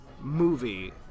movie